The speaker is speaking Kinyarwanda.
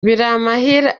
biramahire